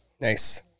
Nice